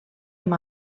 amb